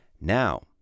Now